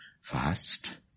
fast